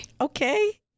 okay